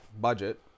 budget